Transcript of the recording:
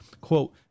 Quote